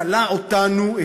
קלעו אותנו,